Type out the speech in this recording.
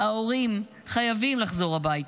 ההורים שלו ואח שלו נמצאים בבית